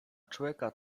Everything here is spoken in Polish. człeka